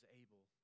able